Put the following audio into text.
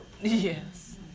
Yes